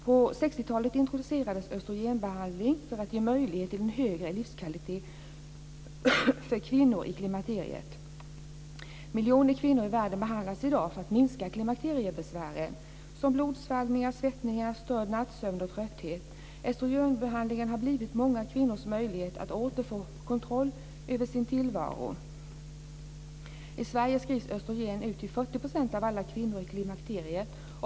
På 60-talet introducerades östrogenbehandling för att ge möjlighet till en högre livskvalitet för kvinnor i klimakteriet. Miljoner kvinnor i världen behandlas i dag för att minska klimakteriebesvär som blodsvallningar, svettningar, störd nattsömn och trötthet. Östrogenbehandlingen har blivit många kvinnors möjlighet att återfå kontroll över sin tillvaro. I Sverige skrivs östrogen ut till 40 % av alla kvinnor i klimakteriet.